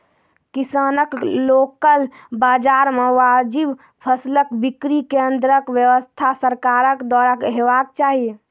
किसानक लोकल बाजार मे वाजिब फसलक बिक्री केन्द्रक व्यवस्था सरकारक द्वारा हेवाक चाही?